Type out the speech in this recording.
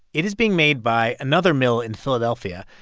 it is being made by another mill in philadelphia,